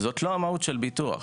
המהות של ביטוח.